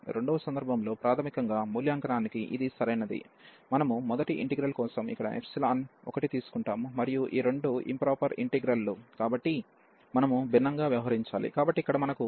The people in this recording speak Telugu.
రెండవ సందర్భంలో ప్రాధమికంగా మూల్యాంకనానికి ఇది సరైనది మనము మొదటి ఇంటిగ్రల్ కోసం ఇక్కడ ఎప్సిలాన్ ఒకటి తీసుకుంటాము మరియు ఈ రెండూ ఇంప్రాపర్ ఇంటిగ్రల్ లు కాబట్టి మనము భిన్నంగా వ్యవహరించాలి